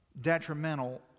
detrimental